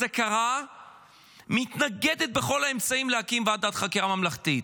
קרה מתנגדת בכל האמצעים להקים ועדת חקירה ממלכתית.